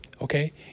Okay